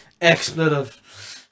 expletive